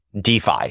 DeFi